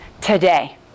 today